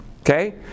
Okay